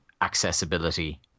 accessibility